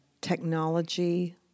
technology